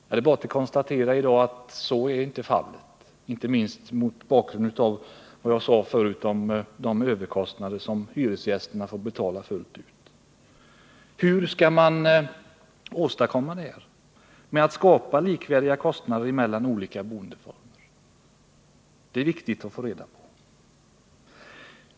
Det är bara att konstatera att i dag är så inte fallet, inte minst mot bakgrund av vad jag sade förut om de överkostnader som hyresgästerna får betala fullt ut. Hur skall man skapa likvärdiga kostnader mellan olika boendeformer? Det är viktigt att få reda på.